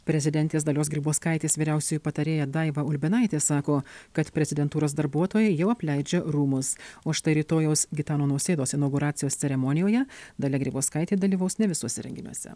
prezidentės dalios grybauskaitės vyriausioji patarėja daiva ulbinaitė sako kad prezidentūros darbuotojai jau apleidžia rūmus o štai rytojaus gitano nausėdos inauguracijos ceremonijoje dalia grybauskaitė dalyvaus ne visuose renginiuose